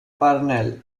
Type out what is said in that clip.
parnell